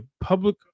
public